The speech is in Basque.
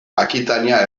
akitania